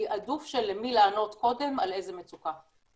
תיעדוף של למי לענות קודם על איזו מצוקה.